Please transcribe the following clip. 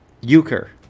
Euchre